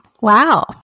Wow